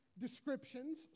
descriptions